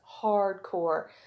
Hardcore